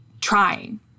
trying